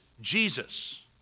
Jesus